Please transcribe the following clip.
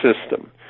system